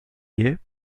guillet